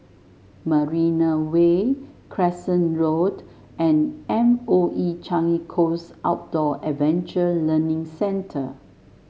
Marina Way Crescent Road and M O E Changi Coast Outdoor Adventure Learning Centre